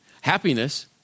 Happiness